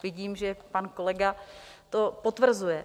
Vidím, že pan kolega to potvrzuje.